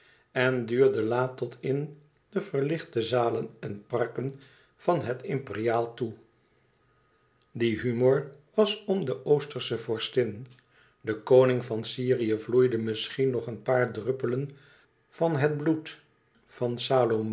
en duurde laat tot in de verlichte zalen en parken van het imperiaal toe die humor was om de oostersche vorstin den koning van syrië vloeide misschien nog een paar druppelen van het bloed van